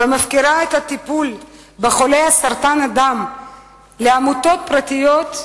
ומפקירה את הטיפול בחולי סרטן הדם לעמותות פרטיות,